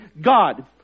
God